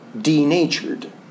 denatured